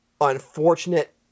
unfortunate